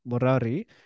Murari